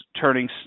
turning